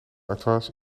artois